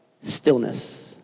stillness